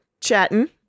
chatting